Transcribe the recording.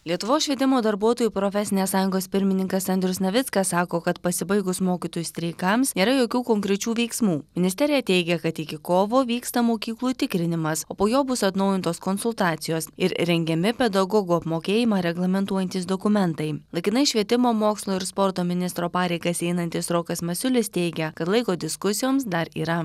lietuvos švietimo darbuotojų profesinės sąjungos pirmininkas andrius navickas sako kad pasibaigus mokytojų streikams nėra jokių konkrečių veiksmų ministerija teigia kad iki kovo vyksta mokyklų tikrinimas o po jo bus atnaujintos konsultacijos ir rengiami pedagogų apmokėjimą reglamentuojantys dokumentai laikinai švietimo mokslo ir sporto ministro pareigas einantis rokas masiulis teigia kad laiko diskusijoms dar yra